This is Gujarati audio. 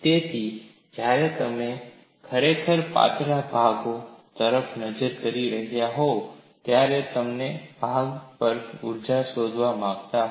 તેથિ જ્યારે તમે ખરેખર પાતળા ભાગો તરફ નજર કરી રહ્યાં હોવ ત્યારે તમે તે ભાગ પર ઊર્જા શોધવા માંગતા હો